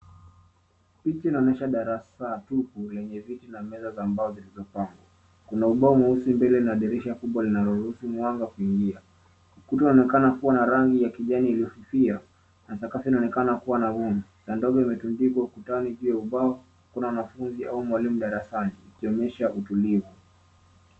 Picha inaonyesha darasa tupu lenye viti na meza za mbao zilizopangwa. Kuna ubao mweusi mbele na dirisha kubwa linaloruhusu mwanga kuingia. Ukuta unaonekana kuwa na rangi ya kijani iliyofifia na sakafu inaonekana kuwa na vumbi. Saa ndogo imetundikwa ukutani juu ya ubao. Hakuna wanafunzi au mwalimu darasani ikionyesha utulivu.